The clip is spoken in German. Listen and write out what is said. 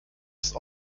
ist